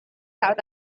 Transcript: south